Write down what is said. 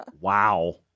wow